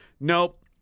Nope